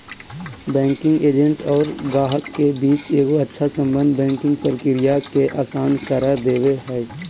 banking agent और गाहक के बीच एगो अच्छा सम्बन्ध बैंकिंग प्रक्रिया के आसान कर दे हय